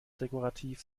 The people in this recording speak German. dekorativ